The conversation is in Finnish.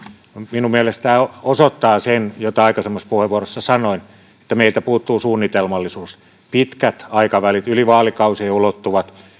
minun mielestäni tämä osoittaa sen mitä aikaisemmassa puheenvuorossani sanoin että meiltä puuttuu sunnitelmallisuus pitkät aikavälit sekä yli vaalikausien ulottuvat